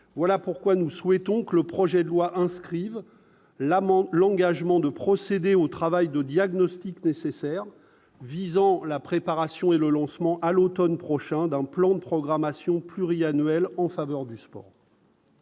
voilà pourquoi nous souhaitons que le projet de loi inscrivent l'amende l'engagement de procéder au travail de diagnostic nécessaires visant la préparation et le lancement à l'Automne prochain d'un plan de programmation pluriannuel en faveur du sport.